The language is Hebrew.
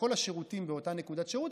בכל השירותים באותה נקודת שירות,